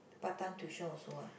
part time tuition also ah